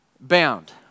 bound